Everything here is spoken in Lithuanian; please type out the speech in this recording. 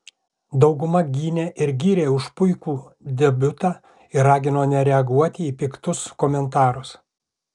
dauguma gynė ir gyrė už puikų debiutą ir ragino nereaguoti į piktus komentarus